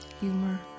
humor